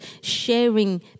sharing